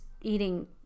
eating